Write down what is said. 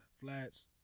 Flats